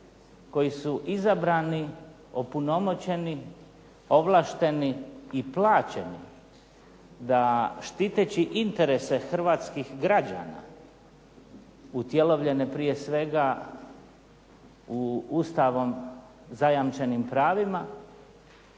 koji su izabrani, opunomoćeni, ovlašteni i plaćeni da štiteći interese hrvatskih građana utjelovljene prije svega u ustavom zajamčenim pravima,